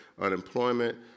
unemployment